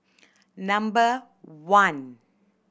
number one